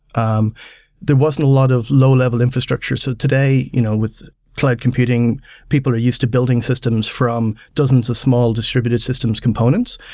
um there was a lot of low level infrastructures. so today, you know with the cloud computing, people are used to building systems from dozens of small distributed systems components.